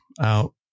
out